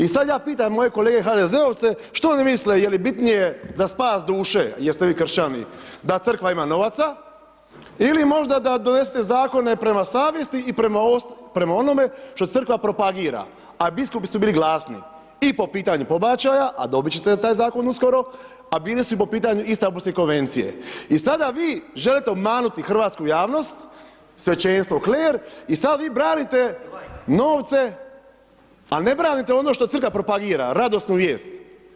I sad ja pitam moje kolege HDZ-ovce što oni misle, je li bitnije za spas duše, jel ste vi kršćani, da crkva ima novaca ili možda da donesete zakone prema savjesti i prema onome što crkva propagira, a biskupi su bili glasni i po pitanju pobačaja, a dobit ćete taj zakon uskoro, a bili su i po pitanju Istambulske konvencije i sada vi želite obmanuti hrvatsku javnost, svećenstvo, kler i sad vi branite novce, a ne branite ono što crkva propagira, radosnu vijest.